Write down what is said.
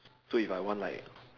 so if I want like